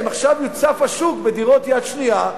אם עכשיו יוצף השוק בדירות יד שנייה,